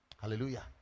hallelujah